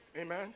Amen